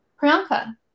Priyanka